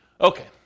Okay